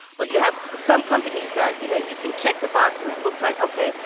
but you have some companies that, you know, you can check the box and it looks like ok,